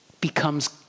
becomes